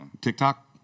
TikTok